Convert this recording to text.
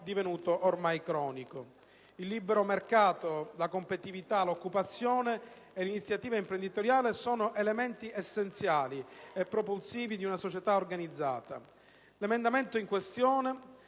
divenuto ormai cronico. Il libero mercato, la competitività, l'occupazione e l'iniziativa imprenditoriale sono elementi essenziali e propulsivi di una società organizzata. L'emendamento in questione,